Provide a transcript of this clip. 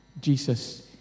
Jesus